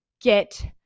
get